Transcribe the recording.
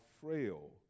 frail